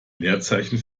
leerzeichen